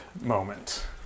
moment